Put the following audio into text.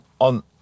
On